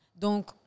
Donc